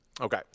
Okay